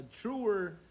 truer